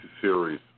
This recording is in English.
series